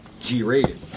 G-rated